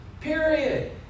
period